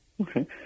Okay